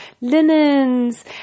linens